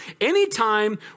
Anytime